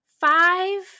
five